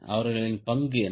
அவர்களின் பங்கு என்ன